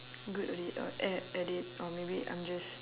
good at it or at at it or maybe I'm just